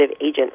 agent